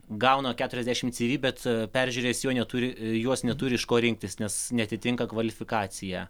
gauna keturiasdešimt cv bet peržiūrėjęs jau neturi juos neturi iš ko rinktis nes neatitinka kvalifikacija